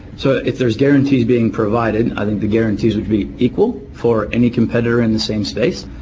so if there are guarantees being provided, i think the guarantees would be equal for any competitor in the same space.